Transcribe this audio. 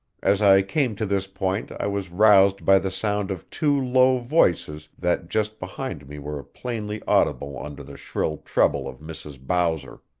as i came to this point i was roused by the sound of two low voices that just behind me were plainly audible under the shrill treble of mrs. bowser.